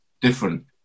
different